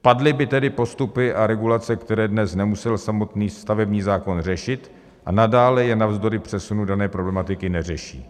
Padly by tedy postupy a regulace, které dnes nemusel samotný stavební zákon řešit a nadále je navzdory přesunu dané problematiky neřeší.